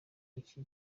iki